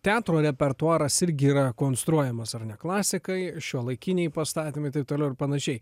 teatro repertuaras irgi yra konstruojamas ar ne klasikai šiuolaikiniai pastatymai taip toliau ir panašiai